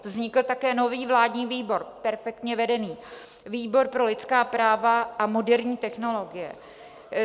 Vznikl také nový vládní výbor, perfektně vedený, výbor pro lidská práva a moderní technologie.